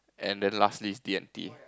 and then last is D-and-T